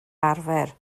arfer